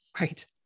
Right